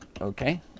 okay